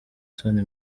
soni